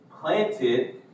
planted